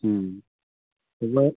সবৰে